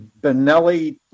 Benelli